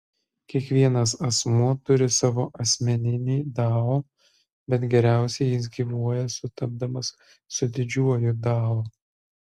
kiekvienas asmuo turi savo asmeninį dao bet geriausiai jis gyvuoja sutapdamas su didžiuoju dao